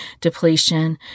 depletion